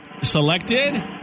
selected